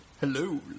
Hello